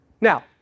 Now